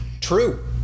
True